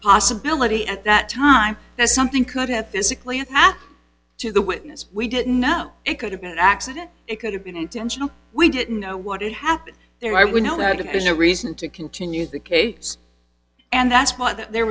possibility at that time that something could have physically attached to the witness we didn't know it could have been an accident it could have been intentional we didn't know what happened there i would know that and there's no reason to continue the case and that's why there